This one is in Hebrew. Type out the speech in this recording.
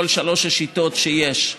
כל שלוש השיטות שיש,